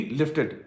lifted